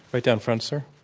right down front, sir.